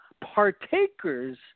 partakers